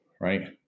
right